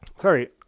sorry